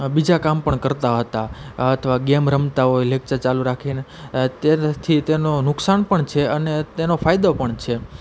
બીજા કામ પણ કરતાં હતા અથવા ગેમ રમતા હોય લેકચર ચાલુ રાખીને તેરેથી તેનો નુકસાન પણ છે અને તેનો ફાયદો પણ છે